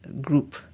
group